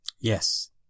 Yes